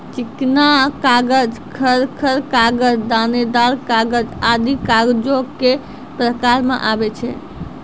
चिकना कागज, खर खर कागज, दानेदार कागज आदि कागजो क प्रकार म आवै छै